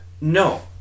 No